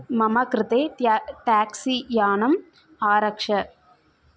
मम कृते ट्या टेक्सी यानम् आरक्ष